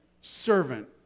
servant